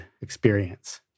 experience